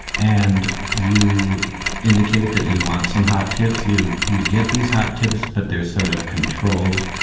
and you indicate that you want some hot tips. you you get these hot tips, but they're sort of controlled,